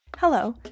Hello